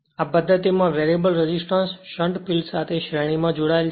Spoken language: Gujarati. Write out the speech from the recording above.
આ પદ્ધતિમાં વેરીએબલ રેસિસ્ટન્સ શંટ ફિલ્ડ સાથે શ્રેણીમાં જોડાયેલ છે